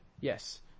Yes